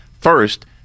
First